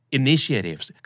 initiatives